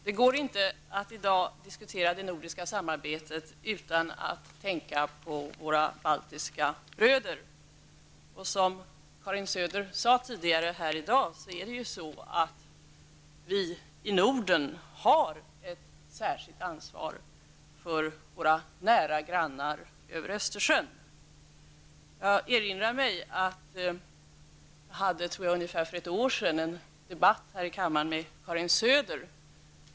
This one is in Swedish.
Herr talman! Det går inte att i dag diskutera det nordiska samarbetet utan att tänka på våra baltiska bröder. Vi i Norden har, som Karin Söder sade tidigare här i dag, ett särskilt ansvar för våra nära grannar över Östersjön. Jag erinrar mig att jag för ungefär ett år sedan hade en debatt här i kammaren med Karin Söder.